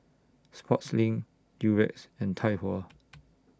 Sportslink Durex and Tai Hua